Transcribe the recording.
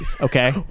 okay